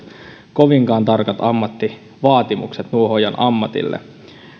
kovinkaan tarkat ammattivaatimukset nuohoojan ammatille